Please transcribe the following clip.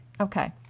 Okay